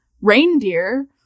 reindeer